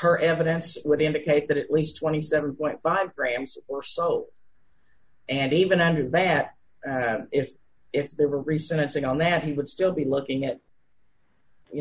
her evidence would indicate that at least twenty seven point five grams or so and even under that if if there were recent sing on then he would still be looking at you